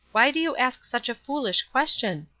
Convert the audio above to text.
why do you ask such a foolish question?